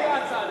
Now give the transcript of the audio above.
כן, זוכר.